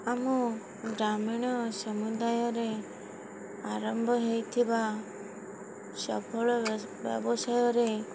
ଆମ ଗ୍ରାମୀଣ ସମୁଦାୟରେ ଆରମ୍ଭ ହୋଇଥିବା ସବଳ ବ୍ୟବସାୟରେ